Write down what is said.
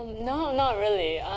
no, not really.